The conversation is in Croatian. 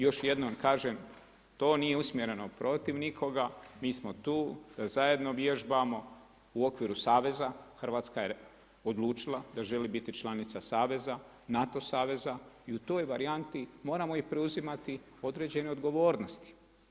Još jednom kažem, to nije usmjereno protiv nikoga, mi smo tu, zajedno vježbamo u okviru saveza, Hrvatska je odlučila da želi biti članica saveza, NATO saveza i u toj varijanti moramo i preuzimati određene odgovornosti.